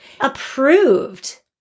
approved